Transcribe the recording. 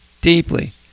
deeply